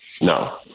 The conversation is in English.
No